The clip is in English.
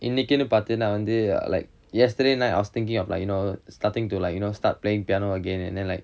இன்னிக்கின்னு பாத்தினா வந்து:innikkinu pathina vanthu like yesterday night I was thinking of like you know starting to like you know start playing piano again and then like